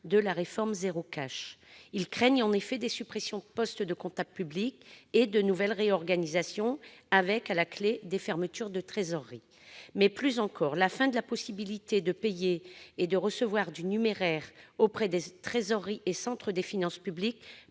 de la réforme « zéro cash ». Ils craignent en effet des suppressions de postes de comptables publics et de nouvelles réorganisations, avec, à la clé, des fermetures de trésoreries. Mais, plus encore, la fin de la possibilité de payer et de recevoir du numéraire auprès des trésoreries et des centres des finances publiques